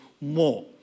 more